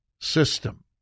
system